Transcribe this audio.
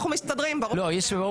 מסתדרים, ברוך השם.